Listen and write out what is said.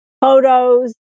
photos